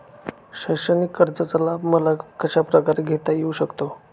शैक्षणिक कर्जाचा लाभ मला कशाप्रकारे घेता येऊ शकतो?